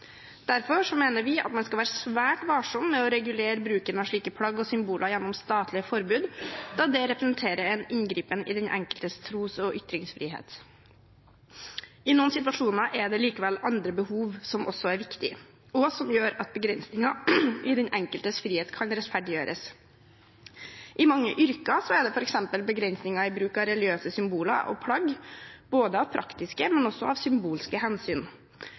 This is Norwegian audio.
Derfor mener vi at man skal være svært varsom med å regulere bruken av slike plagg og symboler gjennom statlige forbud, da det representerer en inngripen i den enkeltes tros- og ytringsfrihet. I noen situasjoner er det likevel andre behov som også er viktige, og som gjør at begrensninger i den enkeltes frihet kan rettferdiggjøres. I mange yrker er det f.eks. begrensninger i bruk av religiøse symboler og plagg av praktiske, men også symbolske hensyn.